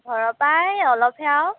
ঘৰৰ পৰা এই অলপহে আৰু